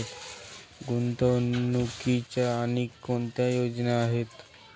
गुंतवणुकीच्या आणखी कोणत्या योजना आहेत?